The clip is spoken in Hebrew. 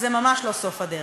זה ממש לא סוף הדרך.